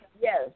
Yes